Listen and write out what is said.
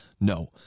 No